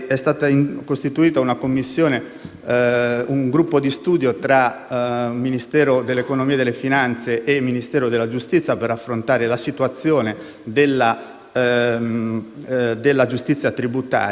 un gruppo di studio tra Ministero dell'economia e delle finanze e Ministero della giustizia per affrontare la situazione della giustizia tributaria. Noi non escludiamo che